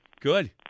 Good